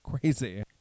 crazy